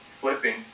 flipping